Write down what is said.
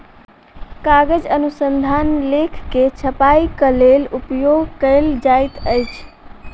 कागज अनुसंधान लेख के छपाईक लेल उपयोग कयल जाइत अछि